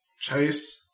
chase